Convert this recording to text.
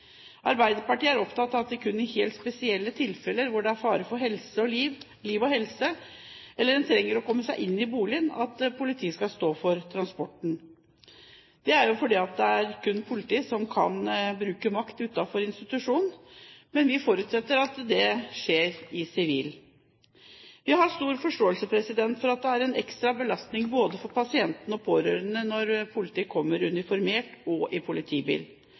Arbeiderpartiet er opptatt av at det kun i helt spesielle tilfeller hvor det er fare for liv og helse, eller en trenger å komme seg inn i boligen, at politiet skal stå for transporten – dette fordi det kun er politiet som kan bruke makt utenfor institusjon. Vi forutsetter at dette skjer i sivil. Vi har stor forståelse for at det er en ekstra belastning for både pasienten og pårørende når politiet kommer uniformert og i politibil.